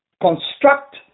construct